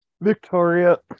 Victoria